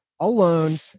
alone